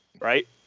right